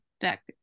back